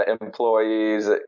employees